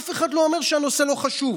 אף אחד לא אומר שהנושא לא חשוב.